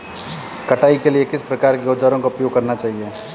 कटाई के लिए किस प्रकार के औज़ारों का उपयोग करना चाहिए?